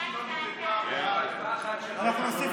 אנחנו נוסיף,